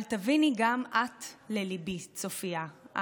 אבל תביני גם את לליבי, צופיה.